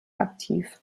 aktiv